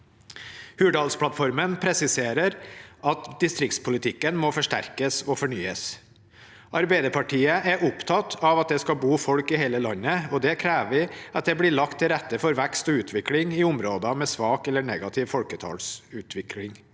Hurdalsplattformen presiserer at distriktspolitikken må forsterkes og fornyes. Arbeiderpartiet er opptatt av at det skal bo folk i hele landet, og det krever at det blir lagt til rette for vekst og utvikling i områder med svak eller negativ folketallsutvikling.